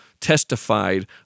testified